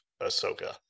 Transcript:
Ahsoka